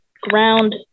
ground